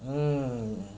um